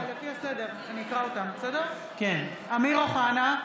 (קוראת בשמות חברי הכנסת) אמיר אוחנה,